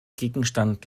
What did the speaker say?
gegenstand